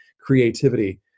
creativity